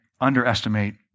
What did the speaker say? underestimate